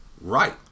Right